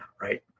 right